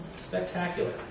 Spectacular